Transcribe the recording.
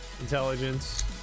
intelligence